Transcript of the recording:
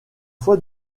fois